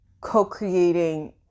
co-creating